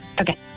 Okay